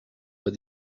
but